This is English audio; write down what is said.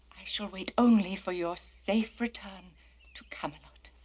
shall wait only for your safe return to camelot.